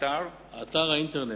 אתר המידע של המשרד.